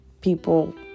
people